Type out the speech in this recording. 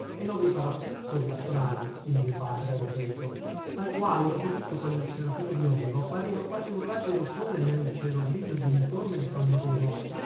e non vi parrà più così strano il mio padre anacleto al quale dopo tutto quel serafino biondo appariva quasi un raggio di sole nel cielo grigio ed uniforme di san bruno